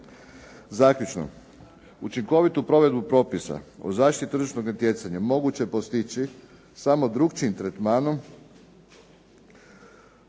Zaključno. Učinkovitu provedbu propisa o zaštiti tržišnog natjecanja moguće je postići samo drukčijim tretmanom